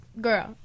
girl